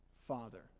father